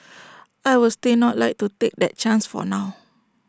I would still not like to take that chance for now